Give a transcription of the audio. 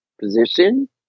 position